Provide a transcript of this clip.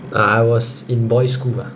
ah I was in boys' school lah